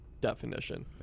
definition